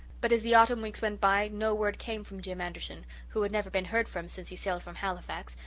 but as the autumn weeks went by no word came from jim anderson, who had never been heard from since he sailed from halifax,